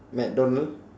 mcdonald